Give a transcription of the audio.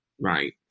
right